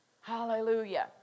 Hallelujah